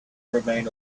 remain